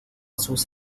sus